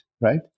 right